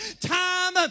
time